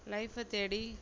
லைஃப்பை தேடி